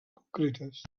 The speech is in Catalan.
concretes